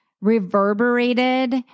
reverberated